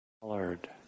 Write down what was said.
colored